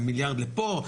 מיליארד לפה,